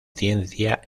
ciencia